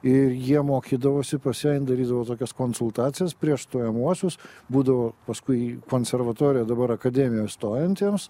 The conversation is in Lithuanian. ir jie mokydavosi pas ją jin darydavo tokias konsultacijas prieš stojamuosius būdavo paskui konservatorija dabar akademija stojantiems